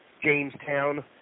Jamestown